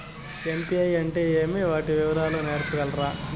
UPI అంటే ఏమి? వాటి వివరాలు సెప్పగలరా?